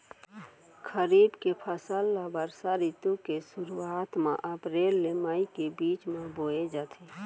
खरीफ के फसल ला बरसा रितु के सुरुवात मा अप्रेल ले मई के बीच मा बोए जाथे